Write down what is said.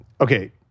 okay